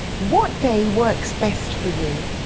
what day works best for you?